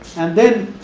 and then